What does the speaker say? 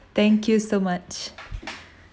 thank you so much